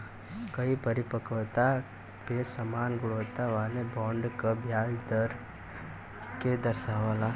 कई परिपक्वता पे समान गुणवत्ता वाले बॉन्ड क ब्याज दर के दर्शावला